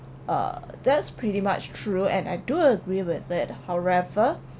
uh that's pretty much true and I do agree with it however